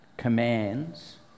commands